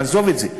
נעזוב את זה.